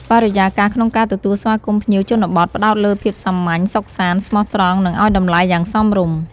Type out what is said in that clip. បរិយាកាសក្នុងការទទួលស្វាគមន៍ភ្ញៀវជនបទផ្តោតលើភាពសាមញ្ញ សុខសាន្ត ស្មោះត្រង់ និងអោយតម្លៃយ៉ាងសមរម្យ។